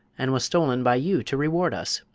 and was stolen by you to reward us.